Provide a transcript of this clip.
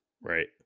right